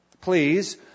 Please